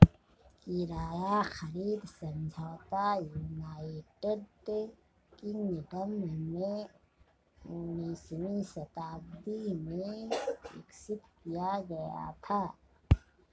किराया खरीद समझौता यूनाइटेड किंगडम में उन्नीसवीं शताब्दी में विकसित किया गया था